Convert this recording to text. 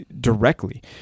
directly